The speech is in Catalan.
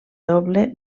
doble